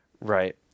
Right